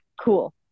cool